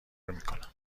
میکنم